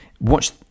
Watch